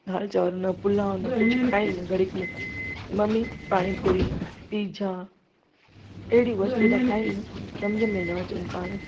दालि चांवर न पुलाउ न कुझु खाइन न घणी के ममी पाणी पुरी पिजा अहिड़ी वस्तु त खाइनि सम्झ में न अचनि पाण खे